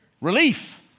Relief